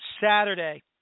Saturday